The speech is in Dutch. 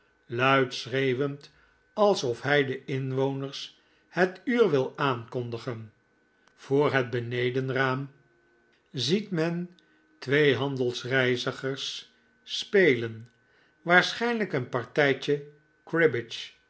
luid schreeuwend alsof hij de inwoners het uur wil aankondigen voor het benedenraam ziet men twee handelsreizigers spelen waarschijnlijk een partijtje cribbage